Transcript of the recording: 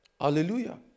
Hallelujah